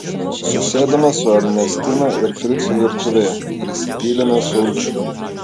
susėdome su ernestina ir fricu virtuvėje ir įsipylėme sulčių